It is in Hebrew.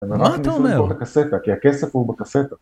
מה אתה אומר? כי הכסף הוא בקסטה